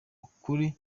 ukuri